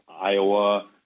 Iowa